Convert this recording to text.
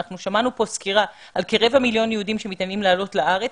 אנחנו שמענו פה סקירה על כרבע מיליון יהודים שמתעניינים לעלות לארץ,